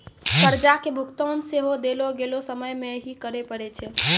कर्जा के भुगतान सेहो देलो गेलो समय मे ही करे पड़ै छै